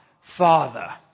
Father